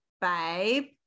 babe